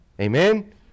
Amen